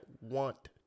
want